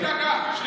יש לנו פה ערב.